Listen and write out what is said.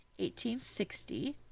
1860